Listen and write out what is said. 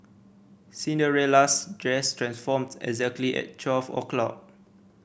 Cinderella's dress transformed exactly at twelve o'clock